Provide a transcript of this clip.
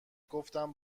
گفتم